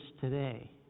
today